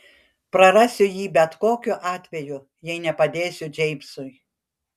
prarasiu jį bet kokiu atveju jei nepadėsiu džeimsui